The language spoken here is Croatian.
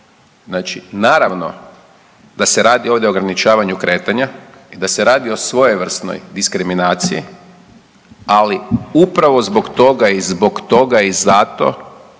znači naravno da se radi ovdje o ograničavanju kretanja i da se radi o svojevrsnoj diskriminaciji, ali upravo zbog toga i zbog toga i zato